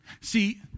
See